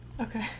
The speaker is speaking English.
Okay